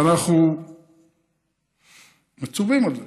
ואנחנו מצווים על זה,